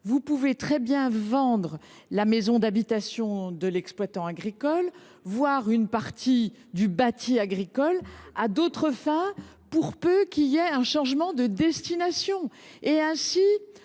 vous pouvez très bien vendre la maison de l’exploitant, voire une partie du bâti agricole à d’autres fins, pour peu qu’il y ait un changement de destination. Ce sera